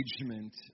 engagement